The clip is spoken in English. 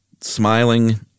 smiling